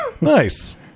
Nice